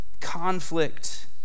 Conflict